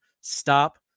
Stop